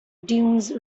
dunes